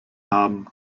haben